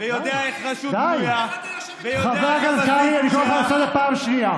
אני לא רוצה לקרוא אותך פעם שנייה.